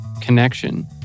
connection